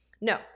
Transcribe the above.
No